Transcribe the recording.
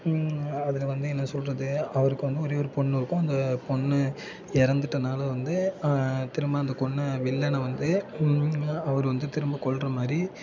அதில் வந்து என்ன சொல்கிறது அவருக்கு வந்து ஒரே ஒரு பொண்ணு இருக்கும் அந்த பொண்ணு இறந்துட்டனால வந்து திரும்ப அந்த கொன்ற வில்லனை வந்து அவர் வந்து திரும்ப கொல்கிற மாதிரி